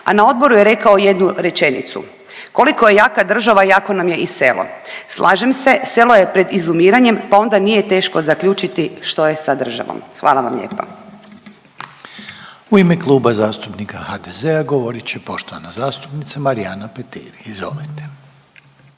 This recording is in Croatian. a na odboru je rekao jednu rečenicu. Koliko je jaka država jako nam je i selo. Slažem se, selo je pred izumiranjem pa onda nije teško zaključiti što je sa državom. Hvala vam lijepa. **Reiner, Željko (HDZ)** U ime Kluba zastupnika HDZ-a govorit će poštovana zastupnica Marijana Petir. Izvolite.